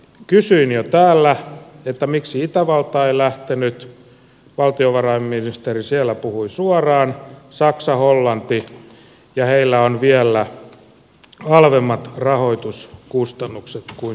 kysyin jo täällä miksi itävalta ei lähtenyt valtiovarainministeri siellä puhui suoraan saksa hollanti ja heillä on vielä halvemmat rahoituskustannukset kuin suomessa